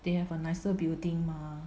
they have a nicer building mah